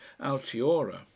Altiora